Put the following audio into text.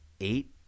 eight